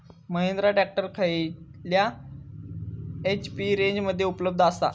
Mahindra tractor खयल्या HP रेंजमध्ये उपलब्ध आसा?